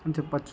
అని చెప్పవచ్చు